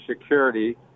Security